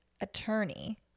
attorney